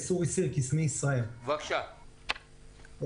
אני מישראיר.